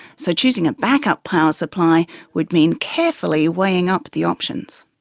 so choosing a backup power supply would mean carefully weighing up the options.